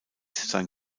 sein